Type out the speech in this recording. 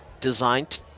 designed